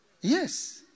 Yes